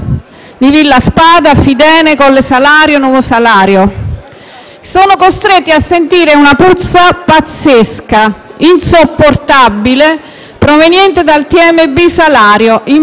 costretti a sentire una puzza pazzesca, insopportabile, proveniente dal TMB Salario, impianto di trattamento meccanico e biologico dei rifiuti.